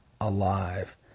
alive